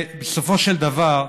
בסופו של דבר,